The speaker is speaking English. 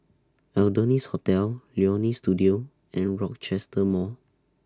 Adonis Hotel Leonie Studio and Rochester Mall